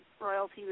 Royalty